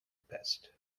pest